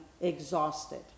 exhausted